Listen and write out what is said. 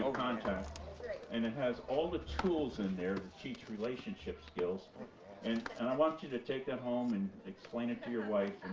content and it has all the tools in there to teach relationship skills and and i want you to take that home and explain it to your wife